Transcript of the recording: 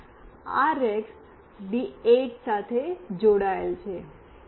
અને RX D 8 સાથે જોડાયેલ છે